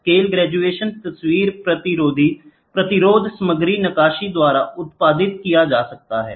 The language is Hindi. स्केल ग्रेजुएशन तस्वीर प्रतिरोध सामग्री नक़्क़ाशी द्वारा उत्पादित किया जा सकता है